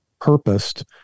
purposed